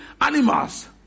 animals